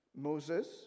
Moses